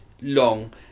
long